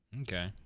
Okay